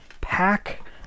pack